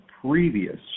previous